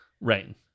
right